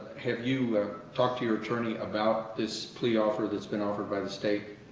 have you talked to your attorney about this plea offer that's been offered by the state?